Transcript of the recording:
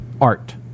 art